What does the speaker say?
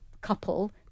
couple